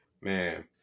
man